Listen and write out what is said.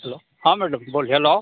hello हाँ madam